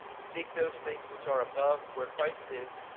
seek those things which are above where christ is,